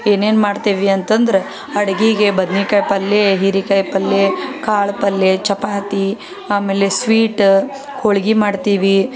ಏನೇನು ಮಾಡ್ತೀವಿ ಅಂತಂದ್ರೆ ಅಡ್ಗೆಗೆ ಬದ್ನೆಕಾಯಿ ಪಲ್ಯ ಹೀರೇಕಾಯಿ ಪಲ್ಯ ಕಾಳು ಪಲ್ಯ ಚಪಾತಿ ಆಮೇಲೆ ಸ್ವೀಟ್ ಹೋಳ್ಗೆ ಮಾಡ್ತೀವಿ